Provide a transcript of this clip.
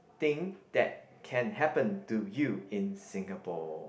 thing that can happen to you in Singapore